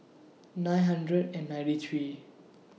nine hundred and ninety three